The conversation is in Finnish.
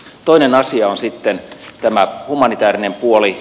toinen asia on sitten tämä humanitäärinen puoli